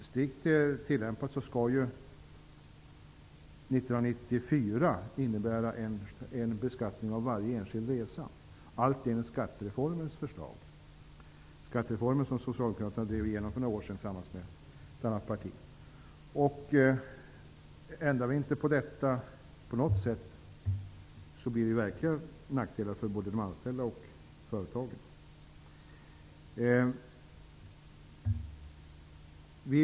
Strikt tillämpat skall det ju 1994 ske en beskattning av varje enskild resa, allt enligt skattereformens förslag, den skattereform som Socialdemokraterna drev igenom för några år sedan tillsammans med ett annat parti. Ändrar vi inte på detta på något sätt kommer det att bli fråga om verkliga nackdelar för både anställda och företag.